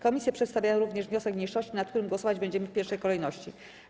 Komisje przedstawiają również wniosek mniejszości, nad którym głosować będziemy w pierwszej kolejności.